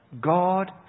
God